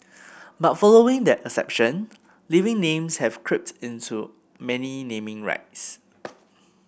but following that exception living names have crept into many naming rights